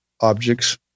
objects